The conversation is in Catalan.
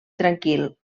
tranquil